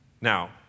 now